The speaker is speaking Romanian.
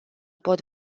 pot